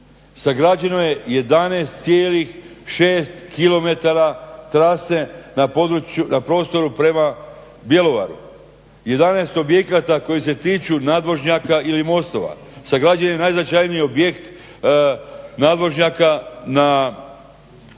sagrađeno je 11,6 km trase na prostoru prema Bjelovaru, 11 objekata koji se tiču nadvožnjaka ili mostova, sagrađen je najznačajniji objekt nadvožnjaka na magistrali